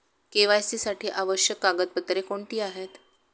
KYC साठी आवश्यक कागदपत्रे कोणती आहेत?